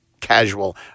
casual